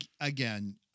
again